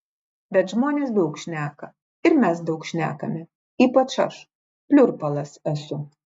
bet žmonės daug šneka ir mes daug šnekame ypač aš pliurpalas esu